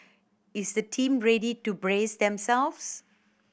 is the team ready to brace themselves